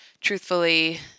Truthfully